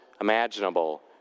imaginable